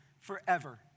forever